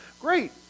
Great